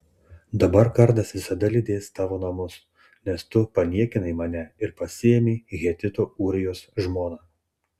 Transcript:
dabar kardas visada lydės tavo namus nes tu paniekinai mane ir pasiėmei hetito ūrijos žmoną